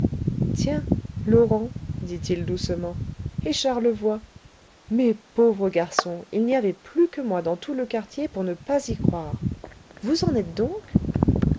tiens laurent dit-il doucement et charlevoy mes pauvres garçons il n'y avait plus que moi dans tout le quartier pour ne pas y croire vous en êtes donc